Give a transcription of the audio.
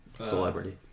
celebrity